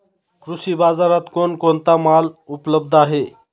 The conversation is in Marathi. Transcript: कृषी बाजारात कोण कोणता माल उपलब्ध आहे?